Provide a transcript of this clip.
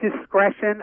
discretion